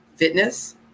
Fitness